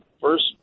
first